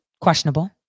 questionable